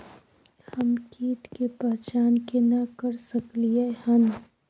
हम कीट के पहचान केना कर सकलियै हन?